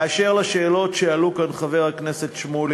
באשר לשאלות שעלו כאן, חבר הכנסת שמולי,